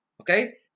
Okay